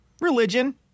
Religion